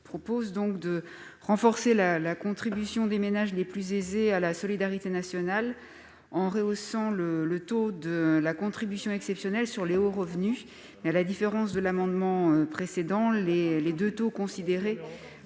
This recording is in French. vise à renforcer la contribution des ménages les plus aisés à la solidarité nationale en rehaussant le taux de la contribution exceptionnelle sur les hauts revenus. À la différence de l'amendement précédent, les deux taux considérés